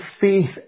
faith